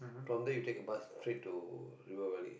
from there you take a bus straight to River Valley